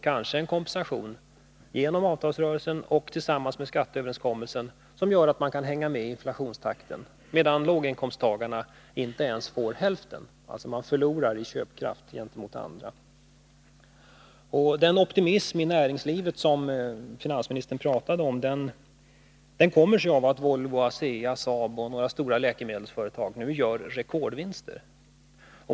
kanske får en kompensation genom avtalsrörelsen som tillsammans med skatteuppgörelsen skulle göra att de kan hänga med i inflationstakten, medan låginkomsttagarna inte ens får hälften. De förlorar i köpkraft gentemot andra. Den optimism i näringslivet som finansministern talade om kommer sig av att Volvo, ASEA, Saab och några stora läkemedelsföretag nu gör rekordvinster.